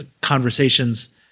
conversations